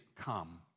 come